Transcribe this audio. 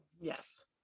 Yes